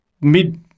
mid